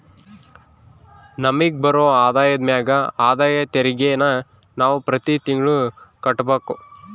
ನಮಿಗ್ ಬರೋ ಆದಾಯದ ಮ್ಯಾಗ ಆದಾಯ ತೆರಿಗೆನ ನಾವು ಪ್ರತಿ ತಿಂಗ್ಳು ಕಟ್ಬಕು